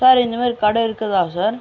sir இந்த மாரி கடை இருக்குதா சார்